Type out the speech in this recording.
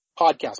podcast